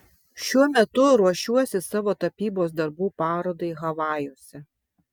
šiuo metu ruošiuosi savo tapybos darbų parodai havajuose